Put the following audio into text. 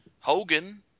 Hogan